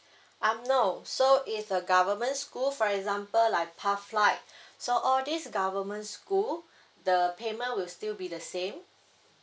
um no so it's a government school for example like pathlight so all these government school the payment will still be the same